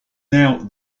now